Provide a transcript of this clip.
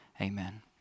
Amen